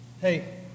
Hey